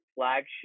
flagship